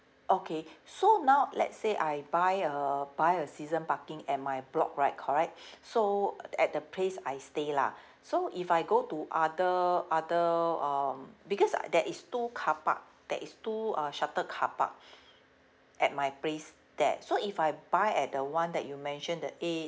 okay so now let's say I buy a buy a season parking at my block right correct so at the place I stay lah so if I go to other other um because there is two carpark there is two uh sheltered carpark at my place there so if I buy at the one that you mentioned the A